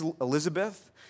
Elizabeth